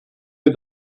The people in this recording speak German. wir